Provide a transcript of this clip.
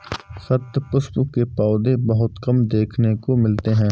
शतपुष्प के पौधे बहुत कम देखने को मिलते हैं